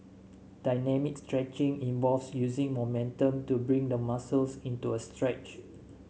dynamic stretching involves using momentum to bring the muscles into a stretch